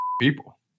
people